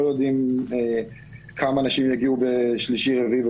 יודעים כמה אנשים יגיעו בשלישי וברביעי,